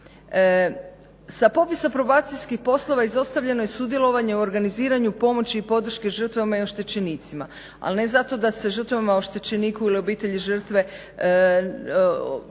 Sa popisa probacijskih poslova izostavljeno je sudjelovanje u organiziranju pomoći i podrške žrtvama i oštećenicima, ali ne zato da se žrtvama, oštećeniku ili obitelji žrtve ili